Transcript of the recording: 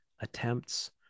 attempts